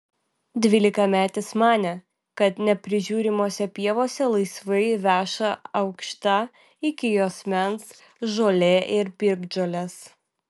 dvylikametis manė kad neprižiūrimose pievose laisvai veša aukšta iki juosmens žolė ir piktžolės